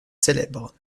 célèbre